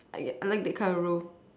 I I like that kind of role